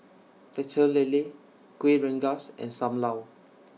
Pecel Lele Kueh Rengas and SAM Lau